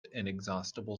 inexhaustible